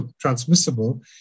transmissible